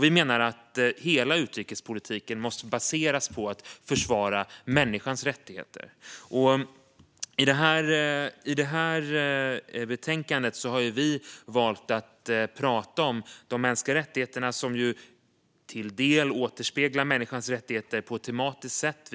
Vi menar att hela utrikespolitiken måste baseras på att försvara människans rättigheter. I betänkandet har vi valt att prata om de mänskliga rättigheterna, som ju till del återspeglar människans rättigheter på ett tematiskt sätt.